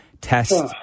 test